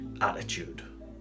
attitude